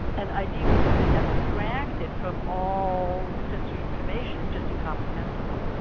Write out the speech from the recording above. an idea which has been abstracted from all sensory information is just incomprehensible.